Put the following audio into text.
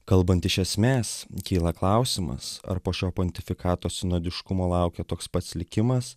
kalbant iš esmės kyla klausimas ar po šio pontifikato sinodiškumo laukia toks pats likimas